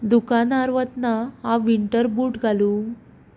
दुकानार वतना हांव वीन्टर बूट घालूं